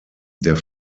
der